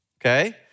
okay